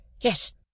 Yes